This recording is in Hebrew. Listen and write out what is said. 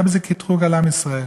היה בזה קטרוג על עם ישראל.